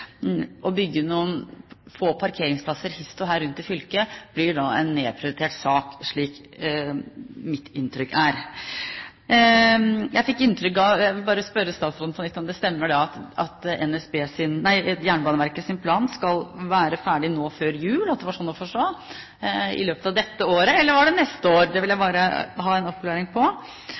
Å bygge noen få parkeringsplasser hist og her rundt i fylket blir da en nedprioritert sak, slik mitt inntrykk er. Jeg vil bare spørre statsråden på nytt om det stemmer at Jernbaneverkets plan skal være ferdig nå før jul, var det sånn å forstå? I løpet av dette året, eller var det neste år? Det vil jeg gjerne ha en oppklaring